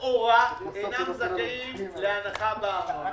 לכאורה אינם זכאים להנחה בארנונה.